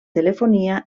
telefonia